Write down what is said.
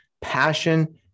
passion